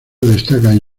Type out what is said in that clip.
destacan